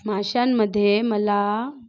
माशांमधे मला